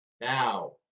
Now